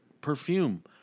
perfume